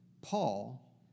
Paul